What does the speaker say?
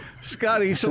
Scotty